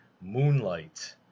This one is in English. Moonlight